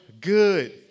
good